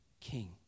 king